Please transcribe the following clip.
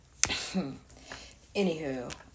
anywho